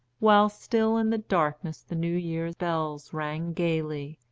while still in the darkness the new year bells rang gaily,